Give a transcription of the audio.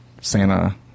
Santa